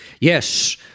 Yes